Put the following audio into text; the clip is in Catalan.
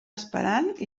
esperant